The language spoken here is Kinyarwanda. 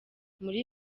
muri